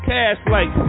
Cash-like